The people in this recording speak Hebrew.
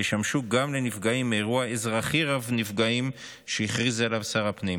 ישמשו גם לנפגעים מאירוע אזרחי רב-נפגעים שהכריז עליו שר הפנים.